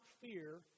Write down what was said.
fear